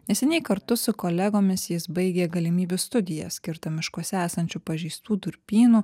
neseniai kartu su kolegomis jis baigė galimybių studiją skirtą miškuose esančių pažeistų durpynų